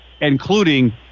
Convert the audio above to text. including